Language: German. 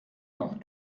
nach